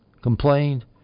complained